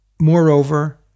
Moreover